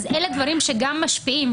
אז אלה דברים שגשם משפיעים,